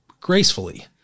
gracefully